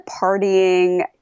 partying